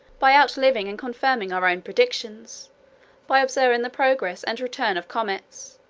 by outliving and confirming our own predictions by observing the progress and return of comets,